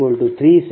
54 188